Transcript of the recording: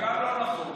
גם זה לא נכון.